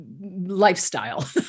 lifestyle